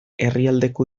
herrialdeko